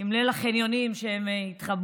עם ליל החניונים, שהם התחבאו.